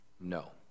no